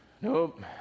Nope